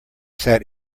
sat